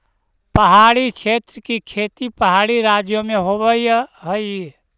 पहाड़ी क्षेत्र की खेती पहाड़ी राज्यों में होवअ हई